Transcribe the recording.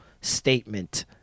statement